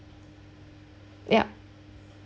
yup